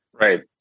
Right